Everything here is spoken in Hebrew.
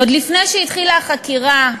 עוד לפני שהתחילה החקירה,